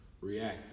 react